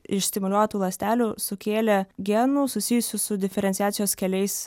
iš stimuliuotų ląstelių sukėlė genų susijusių su diferenciacijos keliais